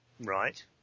Right